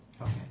Okay